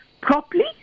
properly